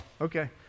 okay